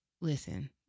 listen